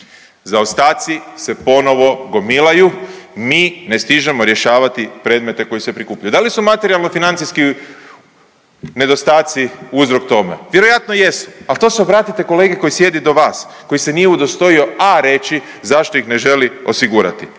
Zaostaci se ponovo gomilaju, mi ne stižemo rješavati predmete koji se prikupljaju. Da li su materijalno financijski nedostaci uzrok tome? Vjerojatno jesu, al to se obratite kolegi koji sjedi do vas, koji se nije udostojio A reći zašto ih ne želi osigurati